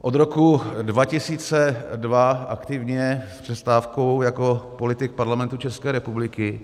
Od roku 2002 aktivně s přestávkou jako politik Parlamentu České republiky.